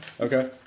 okay